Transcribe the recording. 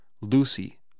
Lucy